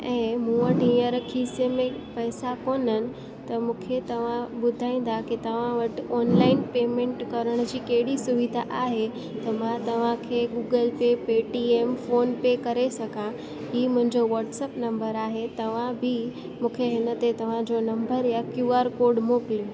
ऐं मूं वटि हींअर खीसे में पैसा कोन आहिनि त मूंखे तव्हां ॿुधाईंदा कि तव्हां वटि ऑनलाइन पेमेंट करण जी कहिड़ी सुविधा आहे त मां तव्हां खे Google Pay Paytm PhonePe करे सघां ई मुंहिंजो वाट्सएप नम्बर आहे तव्हां बि मूंखे हिनते तव्हां जो नम्बर या क्यू आर कोड मोकिलियो